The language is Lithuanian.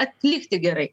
atlikti gerai